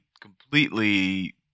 completely